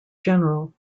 general